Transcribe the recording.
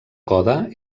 coda